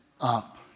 up